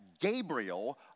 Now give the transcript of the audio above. Gabriel